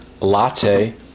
Latte